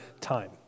time